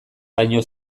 baino